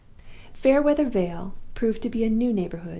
fairweather vale proved to be a new neighborhood,